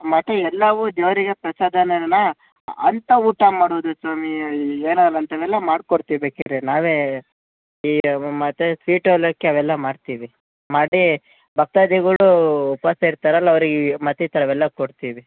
ಮತ್ತೆ ಎಲ್ಲವು ದೇವರಿಗೆ ಪ್ರಸಾದ ಅಂತ ಊಟ ಮಾಡೋದು ಸ್ವಾಮಿ ಏನೊ ಅಂಥವೆಲ್ಲ ಮಾಡ್ಕೊಡ್ತಿವಿ ಬೇಕಿದ್ದರೆ ನಾವೆ ಈ ಮತ್ತೆ ಸ್ವೀಟ್ ಅವಲಕ್ಕಿ ಅವೆಲ್ಲ ಮಾಡ್ತೀವಿ ಮಾಡಿ ಭಕ್ತಾದಿಗಳು ಉಪವಾಸ ಇರ್ತಾರಲ್ಲ ಅವ್ರಿಗೆ ಮತ್ತೆ ಈ ಥರವೆಲ್ಲ ಕೊಡ್ತೀವಿ